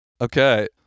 okay